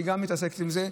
שגם היא מתעסקת בזה.